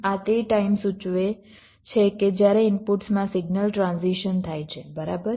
આ તે ટાઈમ સૂચવે છે કે જ્યારે ઇનપુટ્સમાં સિગ્નલ ટ્રાન્ઝિશન થાય છે બરાબર